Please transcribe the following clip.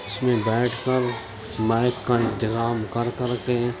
اس میں بیٹھ کر مائک کا انتظام کر کر کے